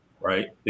right